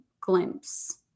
glimpse